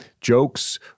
jokes